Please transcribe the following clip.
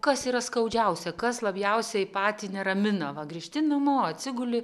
kas yra skaudžiausia kas labiausiai patį neramina va grįžti namo atsiguli